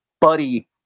buddy